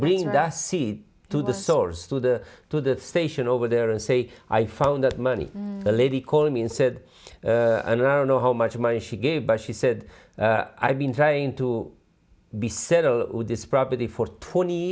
bring the cd to the source to the to the station over there and say i found that money the lady called me and said and i don't know how much money she gave but she said i've been trying to be settle with this property for twenty